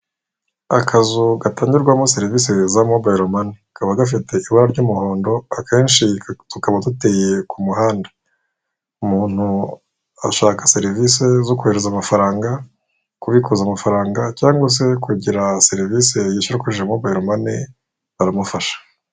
Akazu gatangirwamo serivise za mobayiro mane, kaba gafite ibara ry'umuhondo, akenshi tukaba duteye ku muhanda, umuntu ashaka serivise zo kohereza amafaranga, kubikuza amafaranga cyangwa se kugira serivise yayishyura akoresheje mobayiro mane baramufasha.